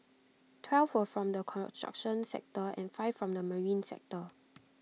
twelve were from the construction sector and five from the marine sector